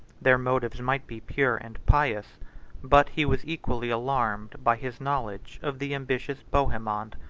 their motives might be pure and pious but he was equally alarmed by his knowledge of the ambitious bohemond,